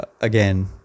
again